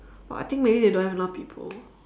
what I think maybe they don't have enough people